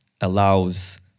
allows